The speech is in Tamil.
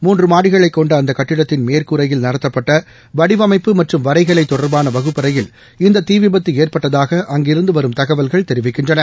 மூன்று மாடிகளைக் கொண்ட அந்த கட்டிடத்தின் மேற்கூறையில் நடத்தப்பட்ட வடிவமைப்பு மற்றும் வரைகலை தொடர்பான வகுப்பறையில் இந்த தீ விபத்து ஏற்பட்டதாக அஙகிருந்து வருமை் தகவல்கள் தெரிவிக்கின்றன